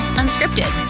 unscripted